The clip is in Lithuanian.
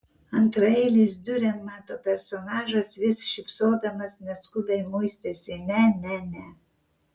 antraeilis diurenmato personažas vis šypsodamas neskubiai muistėsi ne ne ne